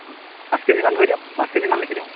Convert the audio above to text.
পাঁচ কেজিমান ধৰি দিয়ক পাঁচ কেজিমান লিখি দিওঁ